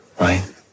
Right